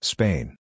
Spain